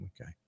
Okay